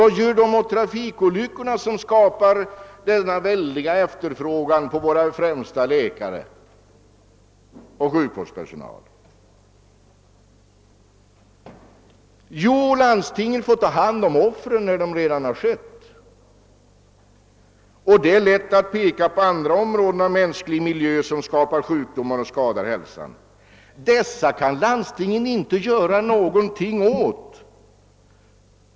Vad gör man åt trafikolyckorna, som skapar denna oerhörda efterfrågan på läkare och sjukvårdspersonal? Landstingen får ta hand om offren, när trafikolyckorna redan har inträffat. Det är lätt att också peka på andra områden där miljön skapar sjukdomar och skadar hälsan. Men den saken kan landstingen inte göra något åt.